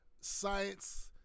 science